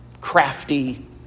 crafty